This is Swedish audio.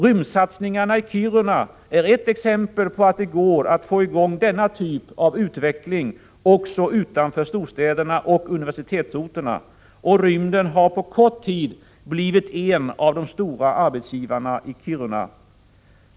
Rymdsatsningarna i Kiruna är ett exempel på att det går att få i gång denna typ av utveckling också utanför storstäderna och universitetsorterna. Rymden har på kort tid blivit en av de stora arbetsgivarna i Kiruna.